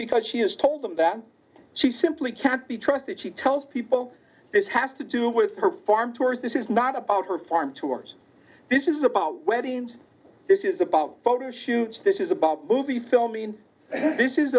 because she has told them that she simply can't be trusted she tells people this has to do with her farm tours this is not about her farm tours this is about weddings this is about photo shoots this is about movie filming this is